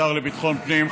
השר לביטחון הפנים,